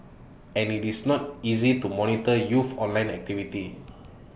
and IT is not easy to monitor youth online activity